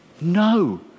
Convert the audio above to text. No